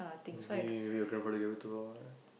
being with your grandfather